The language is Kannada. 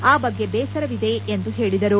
ಆ ಬಗ್ಗೆ ಬೇಸರವಿದೆ ಎಂದು ಹೇಳಿದರು